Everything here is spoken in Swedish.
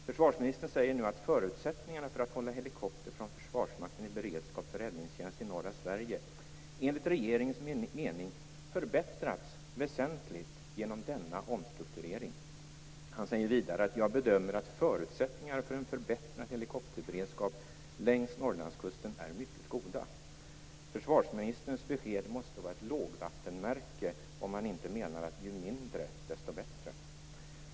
Försvarsministern säger nu att förutsättningarna för att hålla helikopter från Försvarsmakten i beredskap för räddningstjänst i norra Sverige enligt regeringens mening förbättrats väsentligt genom denna omstrukturering. Han säger vidare: "Jag bedömer - att förutsättningarna för en förbättrad helikopterberedskap längs Norrlandskusten är mycket goda." Försvarsministerns besked måste vara ett lågvattenmärke, om man inte menar att ju mindre, desto bättre.